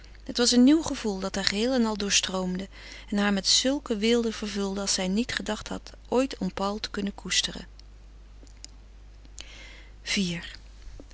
het was een nieuw gevoel dat haar geheel en al doorstroomde en haar met zulk een weelde vervulde als zij niet gedacht had ooit om paul te kunnen koesteren iv